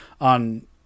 on